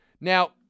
Now